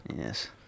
Yes